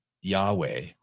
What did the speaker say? Yahweh